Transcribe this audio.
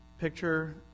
Picture